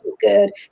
good